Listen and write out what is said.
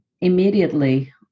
immediately